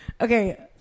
okay